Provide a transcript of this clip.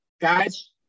guys